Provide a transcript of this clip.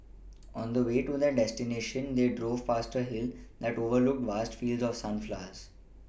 on the way to their destination they drove past a hill that overlooked vast fields of sunflowers